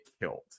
killed